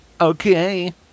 Okay